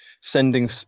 sending